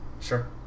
Sure